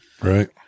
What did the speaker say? Right